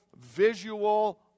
visual